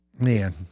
man